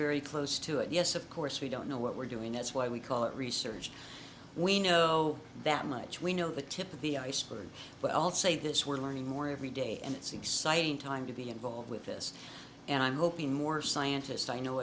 very close to it yes of course we don't know what we're doing that's why we call it research we know that much we know the tip of the iceberg but i'll say this we're learning more every day and it's an exciting time to be involved with this and i'm hoping more scientists i know